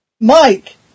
Mike